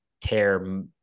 tear